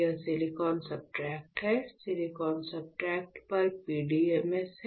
यह silicon substrate है silicon substrate पर PDMS है